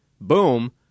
Boom